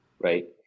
right